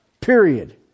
Period